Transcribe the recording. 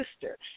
sister